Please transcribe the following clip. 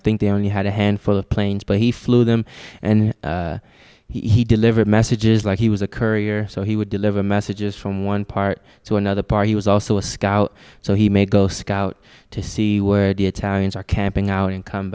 think they only had a handful of planes but he flew them and he delivered messages like he was a courier so he would deliver messages from one part to another part he was also a scout so he may go scout to see were did talents are camping out and come